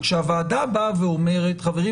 כשהוועדה באה ואומרת: חברים,